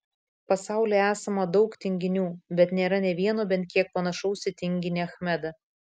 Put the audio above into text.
pasaulyje esama daug tinginių bet nėra nė vieno bent kiek panašaus į tinginį achmedą